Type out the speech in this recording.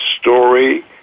story